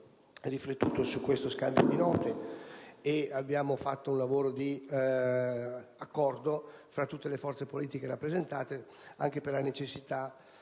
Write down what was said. Grazie